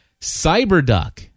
Cyberduck